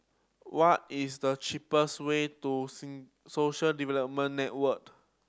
what is the cheapest way to Social Development Network